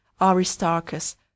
Aristarchus